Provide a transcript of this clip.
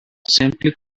simply